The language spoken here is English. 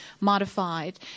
modified